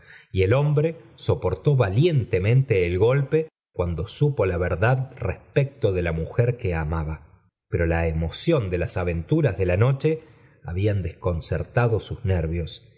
y el hombre soportó valientemente el golpe cuando supo la verdad respecto de la mujer que amaba pero la emoción de las aventuras de la noche habían desconcertado sus nervios